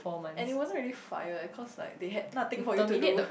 and it wasn't really fire cause like they had nothing for you to do